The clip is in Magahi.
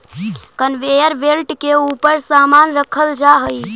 कनवेयर बेल्ट के ऊपर समान रखल जा हई